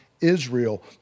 Israel